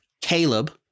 Caleb